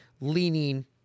leaning